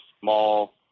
small